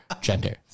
gender